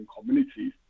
communities